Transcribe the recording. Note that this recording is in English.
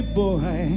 boy